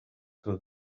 two